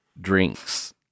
drinks